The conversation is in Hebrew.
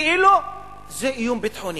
כאילו זה איום ביטחוני.